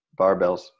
barbells